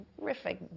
terrific